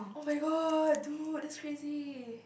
oh-my-god dude that's crazy